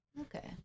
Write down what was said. Okay